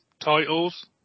titles